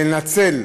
לנצל.